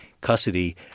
custody